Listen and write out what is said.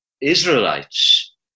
Israelites